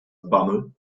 bammel